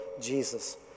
Jesus